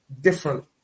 different